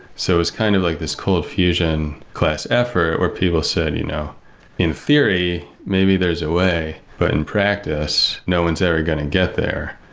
so it was kind of like this cool fusion class effort where people said, you know in theory, maybe there's a way. but in practice, no one's ever going to get there,